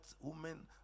woman